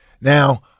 Now